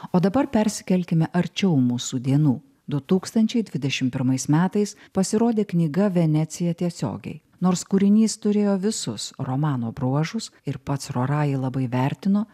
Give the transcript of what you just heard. o dabar persikelkime arčiau mūsų dienų du tūkstančiai dvidešim pirmais metais pasirodė knyga venecija tiesiogiai nors kūrinys turėjo visus romano bruožus ir pats rora jį labai vertino